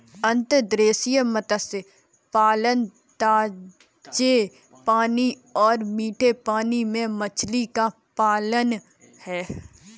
अंतर्देशीय मत्स्य पालन ताजे पानी और मीठे पानी में मछली का पालन है